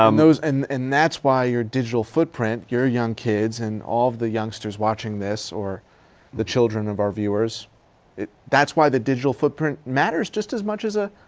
um those, and, and that's why your digital footprint, your young kids, and all of the youngsters watching this, or the children of our viewers it, that's why the digital footprint matters just as much as a,